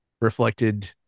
reflected